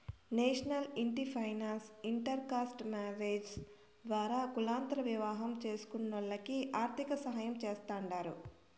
national ఇంటి finance inter caste marriages ద్వారా కులాంతర వివాహం చేస్కునోల్లకి ఆర్థికసాయం చేస్తాండారు